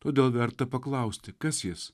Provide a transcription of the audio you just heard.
todėl verta paklausti kas jis